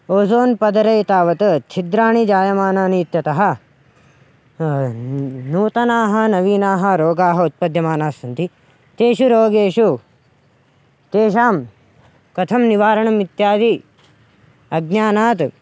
ozone पदे तावत् छिद्राणि जायमानानि इत्यतः नूतनाः नवीनाः रोगाः उत्पद्यमानाः सन्ति तेषु रोगेषु तेषां कथं निवारणम् इत्यादि अज्ञानात्